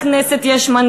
הקשבתי לך בקשב רב.